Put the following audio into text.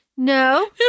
No